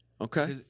Okay